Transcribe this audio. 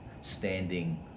standing